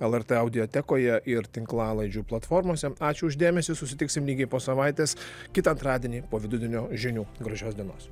lrt audiotekoje ir tinklalaidžių platformose ačiū už dėmesį susitiksime lygiai po savaitės kitą antradienį po vidudienio žinių gražios dienos